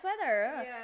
weather